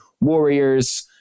Warriors